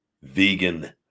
vegan